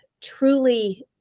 truly